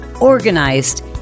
organized